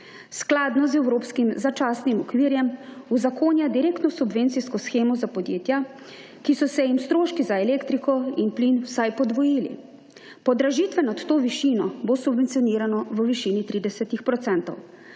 Skladno z evropskimi začasnimi okvirjem uzakonja direktno subvencijsko shemo za podjetja, ki so se jim stroški za elektriko in plin vsaj podvojili. Podražitev nad to višino bo subvencionirano v višini 30 %.